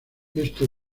esto